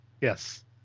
Yes